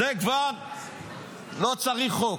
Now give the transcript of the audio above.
כבר לא צריך חוק,